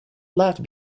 left